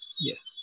Yes